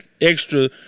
extra